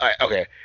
Okay